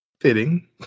Fitting